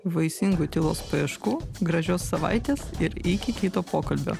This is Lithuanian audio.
vaisingų tylos paieškų gražios savaitės ir iki kito pokalbio